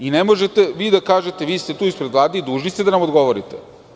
Ne možete vi da kažete, vi ste tu ispred Vlade i dužni ste da nam odgovorite.